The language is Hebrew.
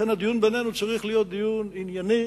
לכן, הדיון בינינו צריך להיות דיון ענייני